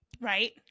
Right